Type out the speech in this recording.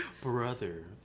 Brother